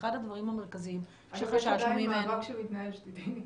אחד הדברים המרכזיים שחששנו ממנו.